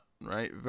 right